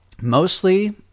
Mostly